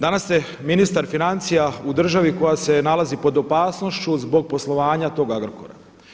Danas ste ministar financija u državi koja se nalazi pod opasnošću zbog poslovanja tog Agrokora.